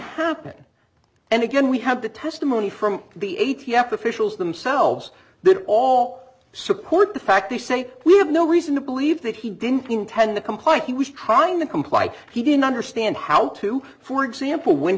happen and again we have the testimony from the a t f officials themselves they all support the fact they say we have no reason to believe that he didn't intend to comply he was trying to comply he didn't understand how to for example when